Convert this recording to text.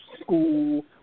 school